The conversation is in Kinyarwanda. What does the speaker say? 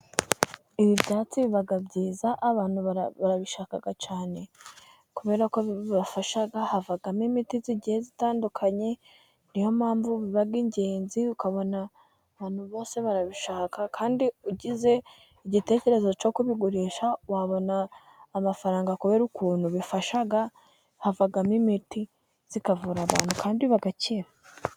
Ibi byatsi biba byiza ,abantu barabishaka cyane kubera ko bibafasha kuvamo imiti igiye itandukanye, ni yo mpamvu biba ingenzi ukabona abantu bose barabishaka, kandi ugize igitekerezo cyo kubigurisha ,wabona amafaranga kubera ukuntu bifasha, havamo imiti ivura abantu kandi bagakira.